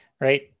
right